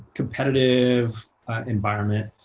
competitive environment.